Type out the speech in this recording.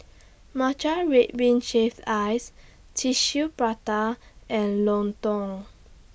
Matcha Red Bean Shaved Ice Tissue Prata and Lontong